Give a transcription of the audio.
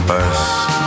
First